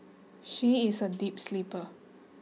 she is a deep sleeper